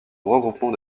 regroupement